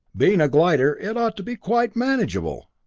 being a glider, it ought to be quite manageable!